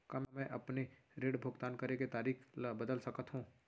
का मैं अपने ऋण भुगतान करे के तारीक ल बदल सकत हो?